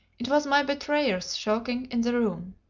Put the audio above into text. it was my betrayer skulking in the room.